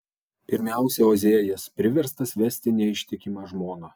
pirmiausia ozėjas priverstas vesti neištikimą žmoną